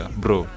bro